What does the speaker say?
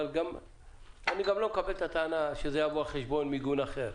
אבל אני גם לא מקבל את הטענה שזה יבוא על חשבון מיגון אחר.